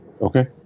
Okay